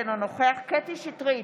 אינו נוכח קטי קטרין שטרית,